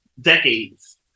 decades